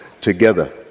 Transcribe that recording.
together